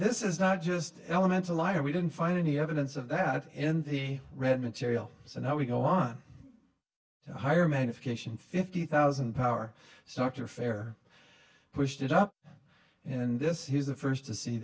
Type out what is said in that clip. this is not just elemental either we didn't find any evidence of that in the red material so now we go on higher magnification fifty thousand power so after fair pushed it up and this was the first to see